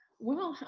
well,